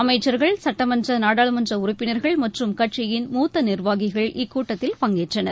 அமைச்சர்கள் சட்டமன்ற நாடாளுமன்ற உறுப்பினர்கள் மற்றும் கட்சியின் மூத்த நிர்வாகிகள் இக்கூட்டத்தில் பங்கேற்றனர்